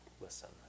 listen